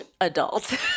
adult